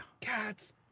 Cats